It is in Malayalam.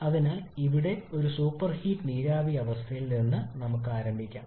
അതിനാൽ ഇവിടെ ഒരു സൂപ്പർഹീറ്റ് നീരാവി അവസ്ഥയിൽ നിന്ന് നമുക്ക് ആരംഭിക്കാം